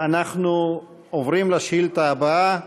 אנחנו עוברים לשאילתה הבאה,